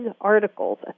articles